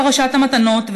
פרשת המתנות,